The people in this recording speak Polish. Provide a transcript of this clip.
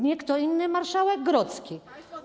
Nie kto inny jak marszałek Grodzki.